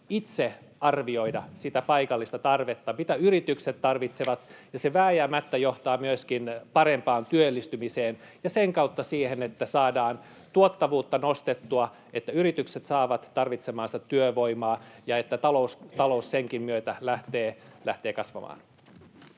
itse arvioida sitä paikallista tarvetta: mitä yritykset tarvitsevat. Se vääjäämättä johtaa myöskin parempaan työllistymiseen ja sen kautta siihen, että saadaan tuottavuutta nostettua, että yritykset saavat tarvitsemaansa työvoimaa ja että talous senkin myötä lähtee kasvamaan.